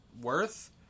worth